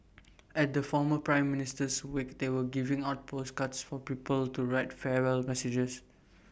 at the former prime Minister's wake they were giving out postcards for people to write farewell messages